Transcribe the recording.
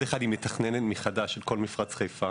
אחד היא מתכננת מחדש את כל מפרץ חיפה